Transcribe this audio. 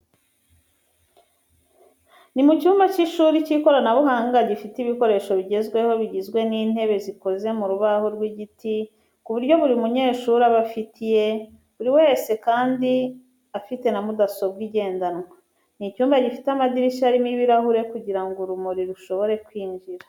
Ni mu cyumba cy’ishuri cy’ikoranabuhanga gifite ibikoresho bigezweho bigizwe n'intebe zikoze mu rubaho rw'igiti, ku buryo buri munyeshuri aba afite iye, buri wese kandi afite na mudasobwa igendanwa. Ni icyumba gifite amadirishya arimo ibirahure kugira ngo urumuri rushobore kwinjira.